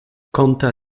conta